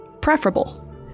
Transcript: preferable